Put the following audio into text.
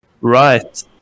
Right